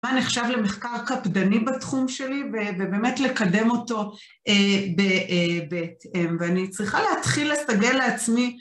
מה נחשב למחקר קפדני בתחום שלי ובאמת לקדם אותו ב.. ה.. ואני צריכה להתחיל לסגל לעצמי